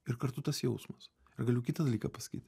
ir kartu tas jausmas galiu kitą dalyką pasakyt